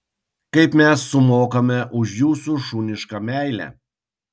kaip mes sumokame už jūsų šunišką meilę